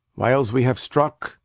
whiles we have struck,